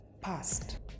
past